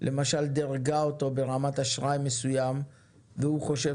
למשל דירגה אותו ברמת אשראי מסוימת והוא חושב